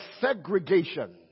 segregation